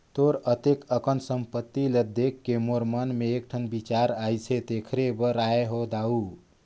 तोर अतेक अकन संपत्ति ल देखके मोर मन मे एकठन बिचार आइसे तेखरे बर आये हो दाऊ